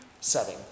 setting